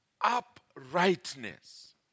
uprightness